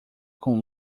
com